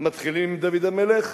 מתחילים עם דוד המלך,